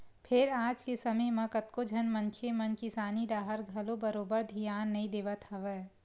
फेर आज के समे म कतको झन मनखे मन किसानी डाहर घलो बरोबर धियान नइ देवत हवय